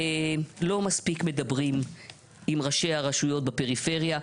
לא מספיק מדברים עם ראשי הרשויות בפריפריה,